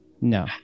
No